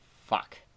Fuck